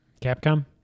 Capcom